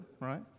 right